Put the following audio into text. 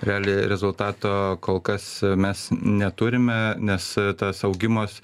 realiai rezultato kol kas mes neturime nes tas augimas